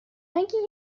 اینکه